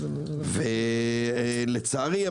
ולצערי,